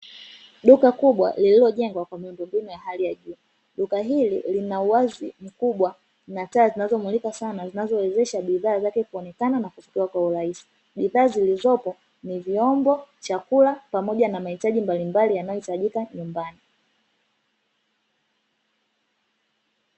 Duka kubwa lililojengwa kwa miundombinu ya hali ya juu. Duka hili lina uwazi mkubwa na taa zinazomulika sana zinazonawezesha bidhaa zake kuonekana na kufikika kwa urahisi. Bidhaa zilizopo ni vyombo, chakula pamoja na mahitaji mbalimbali yanayohitajika nyumbani.